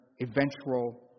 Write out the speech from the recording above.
eventual